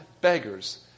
beggars